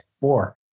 four